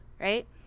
right